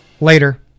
Later